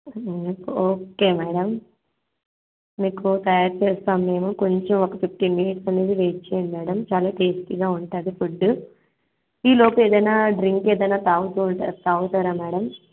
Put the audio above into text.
okay madam మీకు తయారు చేస్తాం మేము కొంచెం ఒక ఫిఫ్టీన్ మినిట్స్ అనేది వెయిట్ చేయండి మ్యాడమ్ చాలా టేస్టీగా ఉంటుంది ఫుడ్డు ఈ లోపు ఏదన్న డ్రింక్ ఏదన్న తాగుతు ఉంటా తాగుతారా మ్యాడమ్